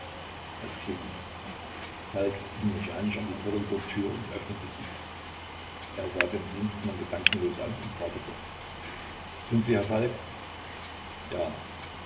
es klingelte falk ging mechanisch an die korridortür und öffnete sie er sah den dienstmann gedankenlos an und wartete sind sie herr falk ja